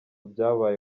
byabaye